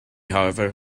however